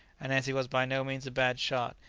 and as he was by no means a bad shot,